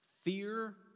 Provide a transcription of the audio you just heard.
Fear